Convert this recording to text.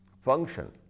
function